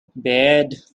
beard